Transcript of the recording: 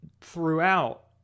throughout